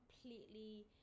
completely